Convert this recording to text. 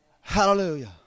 Hallelujah